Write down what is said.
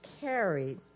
carried